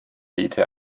wehte